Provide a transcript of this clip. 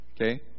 Okay